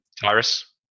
Tyrus